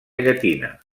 llatina